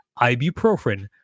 ibuprofen